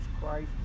Christ